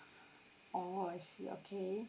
oh I see okay